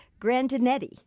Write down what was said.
Grandinetti